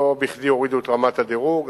לא בכדי הורידו את רמת הדירוג.